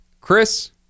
Chris